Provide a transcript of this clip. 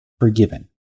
forgiven